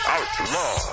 Outlaw